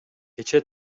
кечээ